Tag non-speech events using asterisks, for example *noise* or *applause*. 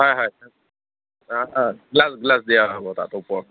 হয় হয় *unintelligible* glass glass দিয়া হ'ব তাত ওপৰত